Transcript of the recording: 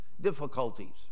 difficulties